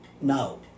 no